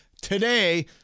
today